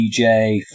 DJ